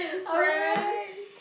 alright